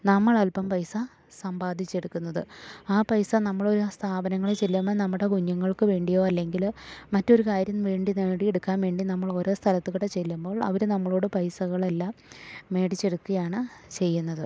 നമ്മൾ അല്പം പൈസാ സമ്പാദിച്ചെടുക്കുന്നത് ആ പൈസ നമ്മളൊരു സ്ഥാപനങ്ങളിൽ ചെല്ലുമ്പോൾ നമ്മുടെ കുഞ്ഞുങ്ങൾക്ക് വേണ്ടിയോ അല്ലെങ്കില് മറ്റൊരു കാര്യം വേണ്ടി നേടിയെടുക്കാൻ വേണ്ടി നമ്മളോരോ സ്ഥലത്ത് കുടെ ചെല്ലുമ്പോൾ അവര് നമ്മളോട് പൈസകളെല്ലാം മേടിച്ചെടുക്കുകയാണ് ചെയ്യുന്നത്